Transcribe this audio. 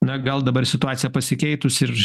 na gal dabar situacija pasikeitus ir